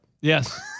Yes